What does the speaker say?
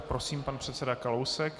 Prosím, pan předseda Kalousek.